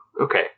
okay